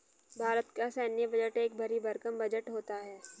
भारत का सैन्य बजट एक भरी भरकम बजट होता है